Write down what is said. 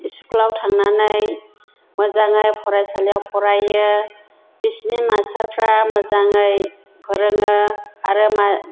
इस्कुलाव थांनानै मोजाङै फरायसालियाव फरायो बिसिनि मास्टारफ्रा मोजाङै फोरोङो आरो माह